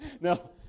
No